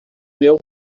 meu